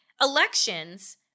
elections